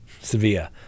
Sevilla